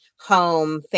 home